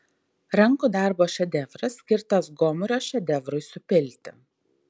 rankų darbo šedevras skirtas gomurio šedevrui supilti